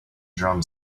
drum